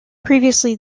previously